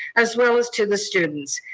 as well as to the students.